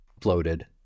floated